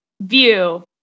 view